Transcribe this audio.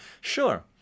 Sure